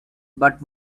but